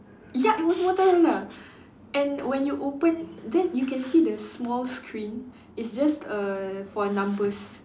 ya it was Motorola and when you open then you can see the small screen it's just err for numbers